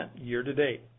year-to-date